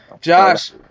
Josh